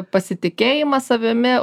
pasitikėjimas savimi